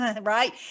right